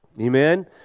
Amen